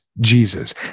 Jesus